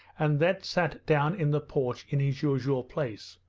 and then sat down in the porch in his usual place.